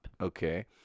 Okay